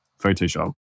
Photoshop